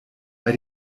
bei